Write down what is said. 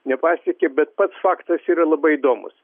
nepasiekė bet pats faktas yra labai įdomus